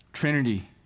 Trinity